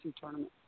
tournament